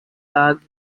dogs